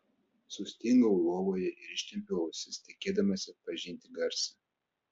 sustingau lovoje ir ištempiau ausis tikėdamasi atpažinti garsą